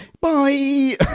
bye